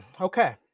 okay